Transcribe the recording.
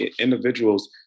individuals